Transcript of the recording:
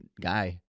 guy